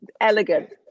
elegant